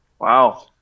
Wow